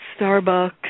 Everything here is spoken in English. Starbucks